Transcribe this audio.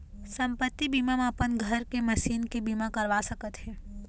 संपत्ति बीमा म अपन घर के, मसीन के बीमा करवा सकत हे